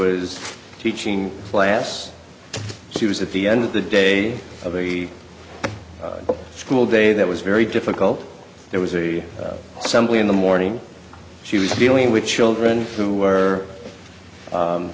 is teaching a class she was at the end of the day of the school day that was very difficult there was somebody in the morning she was dealing with children who were u